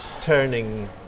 turning